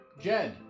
Jed